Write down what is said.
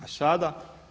A sada?